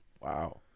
Wow